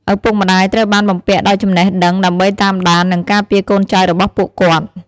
ឪពុកម្តាយត្រូវបានបំពាក់ដោយចំណេះដឹងដើម្បីតាមដាន និងការពារកូនចៅរបស់ពួកគាត់។